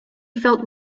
felt